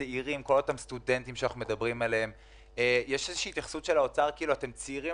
לכל אותם סטודנטים צעירים שאנחנו מדברים עליהם האוצר אומר שהם יסתדרו,